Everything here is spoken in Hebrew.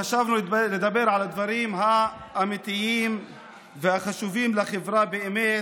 חשבנו שנדבר על הדברים האמיתיים והחשובים לחברה באמת: